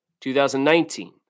2019